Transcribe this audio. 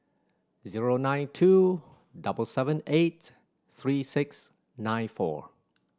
zero nine two double seven eight three six nine four